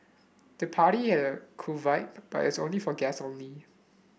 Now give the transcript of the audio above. the party had a cool vibe but as only for guests only